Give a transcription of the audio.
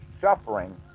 suffering